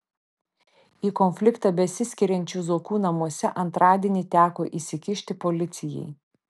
į konfliktą besiskiriančių zuokų namuose antradienį teko įsikišti policijai